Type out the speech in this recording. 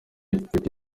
bitinde